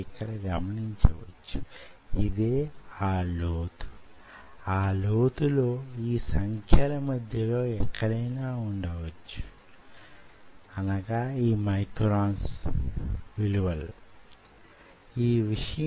ఇప్పటి వరకు నేను దాని గురించిన ప్రస్తావన తీసుకొని రాలేదు